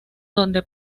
donde